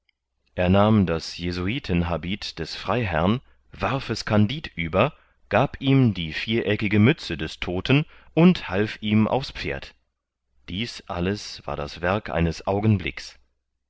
er nahm das jesuitenhabit des freiherrn warf es kandid über gab ihm die viereckige mütze des todten und half ihm aufs pferd dies alles war das werk eines augenblicks